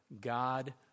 God